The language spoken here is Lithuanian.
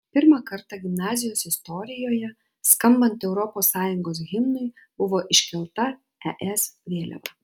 pirmą kartą gimnazijos istorijoje skambant europos sąjungos himnui buvo iškelta es vėliava